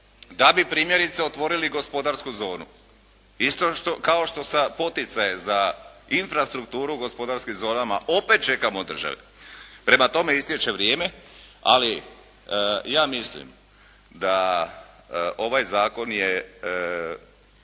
da bi primjerice otvorili gospodarsku zonu. Isto kao što za poticaje za infrastrukturu u gospodarskim zonama opet čekamo državu. Prema tome istječe vrijeme, ali ja mislim da ovaj zakon je